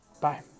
Bye